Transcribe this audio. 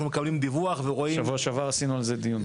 מקבלים דיווח ורואים --- בשבוע שעבר עשינו על זה דיון.